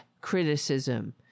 criticism